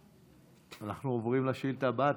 אנחנו עוברים לסעיף הבא,